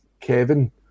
Kevin